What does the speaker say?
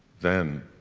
then,